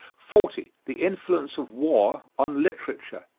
forty. the influence of war on literature.